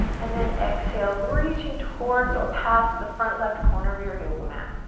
and then exhale, reaching towards or past the front left corner of your yoga mat.